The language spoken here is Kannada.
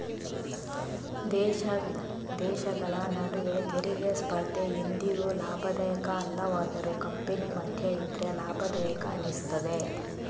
ದೇಶ ದೇಶಗಳ ನಡುವೆ ತೆರಿಗೆ ಸ್ಪರ್ಧೆ ಎಂದಿಗೂ ಲಾಭದಾಯಕ ಅಲ್ಲವಾದರೂ ಕಂಪನಿ ಮಧ್ಯ ಇದ್ರೆ ಲಾಭದಾಯಕ ಅನಿಸ್ತದೆ